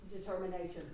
determination